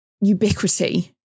ubiquity